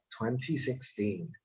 2016